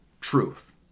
truth